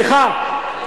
סליחה.